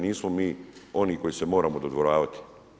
Nismo mi oni koji se moramo dodvoravati.